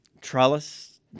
trellis